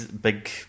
big